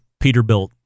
Peterbilt